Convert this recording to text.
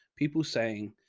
people saying